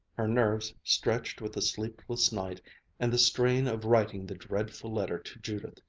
her nerves, stretched with the sleepless night and the strain of writing the dreadful letter to judith,